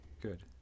Good